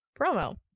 promo